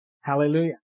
Hallelujah